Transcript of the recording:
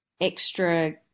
extra